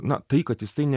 na tai kad jisai ne